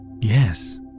Yes